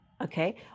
Okay